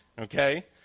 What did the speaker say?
Okay